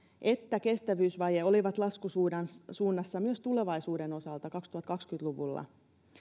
että kestävyysvaje olivat laskusuunnassa myös tulevaisuuden osalta kaksituhattakaksikymmentä luvulla